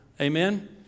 Amen